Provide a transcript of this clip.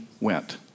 went